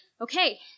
Okay